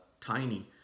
tiny